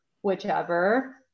whichever